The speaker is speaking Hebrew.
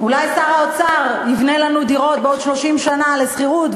אולי שר האוצר יבנה לנו בעוד 30 שנה דירות לשכירות,